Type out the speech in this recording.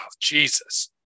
Jesus